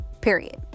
period